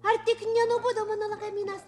ar tik nenubudo mano lagaminas